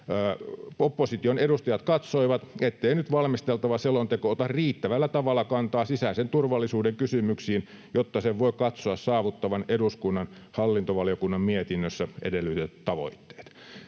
Opposition edustajat katsoivat, ettei nyt valmisteltava selonteko ota riittävällä tavalla kantaa sisäisen turvallisuuden kysymyksiin, jotta sen voi katsoa saavuttavan eduskunnan hallintovaliokunnan mietinnössä edellytetyt tavoitteet.